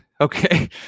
Okay